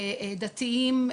דתיים,